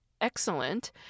excellent